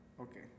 Okay